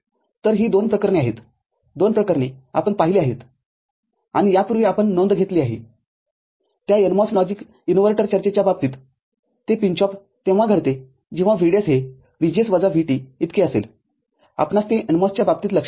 तर ही दोन प्रकरणे आहेतदोन प्रकरणे आपण पाहिली आहेत आणि यापूर्वी आपण नोंद घेतली आहेत्या NMOS लॉजिक इनव्हर्टर चर्चेच्या बाबतीतते पिंच ऑफ तेव्हा घडते जेव्हा VDS हे VGS वजा VT इतके असेल आपणास ते NMOS च्या बाबतीत लक्षात आहे